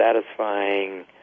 satisfying